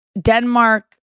Denmark